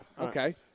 Okay